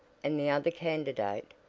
and the other candidate,